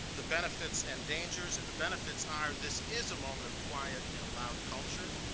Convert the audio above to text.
the benefits and dangers and the benefits are this is a moment of quiet in a loud culture.